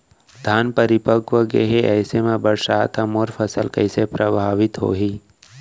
धान परिपक्व गेहे ऐसे म बरसात ह मोर फसल कइसे प्रभावित होही?